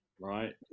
right